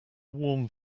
warm